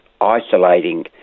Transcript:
isolating